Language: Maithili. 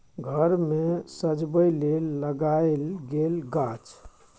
घर मे सजबै लेल लगाएल गेल गाछ